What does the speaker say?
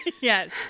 Yes